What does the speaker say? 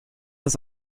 das